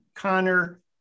Connor